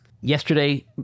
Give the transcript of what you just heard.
Yesterday